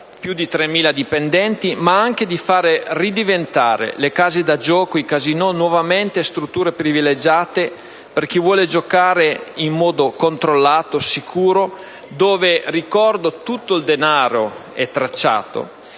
più di 3.000 dipendenti, ma anche quella di fare ridiventare le case da gioco e i casinò strutture privilegiate per chi vuole giocare in modo controllato e sicuro, dove - lo ricordo - tutto il denaro è tracciato